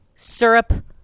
Syrup